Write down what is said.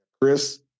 Chris